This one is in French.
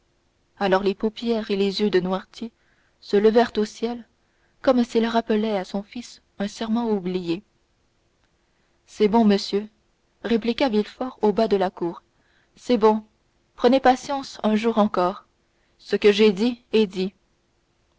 alors les paupières et les yeux de noirtier se levèrent au ciel comme s'il rappelait à son fils un serment oublié c'est bon monsieur répliqua villefort au bas de la cour c'est bon prenez patience un jour encore ce que j'ai dit est dit